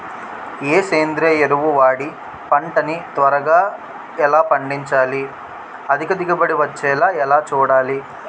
ఏ సేంద్రీయ ఎరువు వాడి పంట ని త్వరగా ఎలా పండించాలి? అధిక దిగుబడి వచ్చేలా ఎలా చూడాలి?